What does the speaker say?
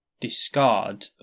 discard